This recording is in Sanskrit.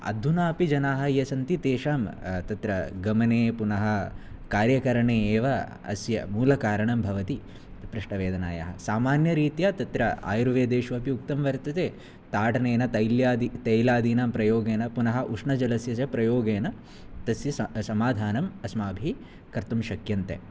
अधुनापि जनाः ये सन्ति तेषां तत्र गमने पुनः कार्यकरणे एव अस्य मूलकारणं भवति पृष्ठवेदनायाः सामान्यरीत्या तत्र आयुर्वेदेषु अपि उक्तं वर्तते ताडनेन तैल्यादि तैलादीनां प्रयोगेण पुनः उष्णजलस्य च प्रयोगेण तस्य सम् समाधानम् अस्माभिः कर्तुं शक्यते